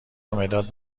مداد